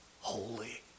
holy